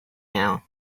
now